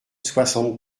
soixante